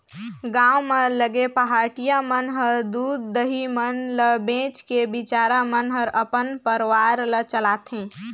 गांव म लगे पहाटिया मन ह दूद, दही मन ल बेच के बिचारा मन हर अपन परवार ल चलाथे